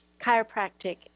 chiropractic